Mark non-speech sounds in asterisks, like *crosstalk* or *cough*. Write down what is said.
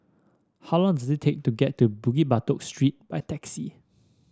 how long *unintelligible* it take to get to Bukit Batok Street by taxi